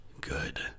Good